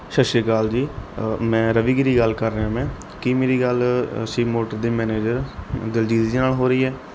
ਸਤਿ ਸ਼੍ਰੀ ਅਕਾਲ ਜੀ ਮੈਂ ਰਵੀਗੀਰੀ ਗੱਲ ਕਰ ਰਿਹਾ ਮੈਂ ਕੀ ਮੇਰੀ ਗੱਲ ਸੀ ਮੋਟਰ ਦੇ ਮੈਨੇਜਰ ਦਿਲਜੀਤ ਜੀ ਨਾਲ ਹੋ ਰਹੀ ਹੈ